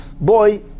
boy